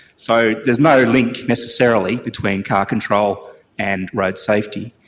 so there's no link necessarily between car control and road safety.